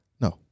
no